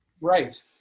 Right